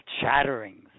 chatterings